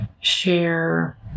share